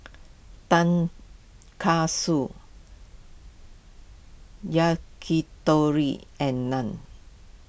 Tonkatsu Yakitori and Naan